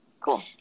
cool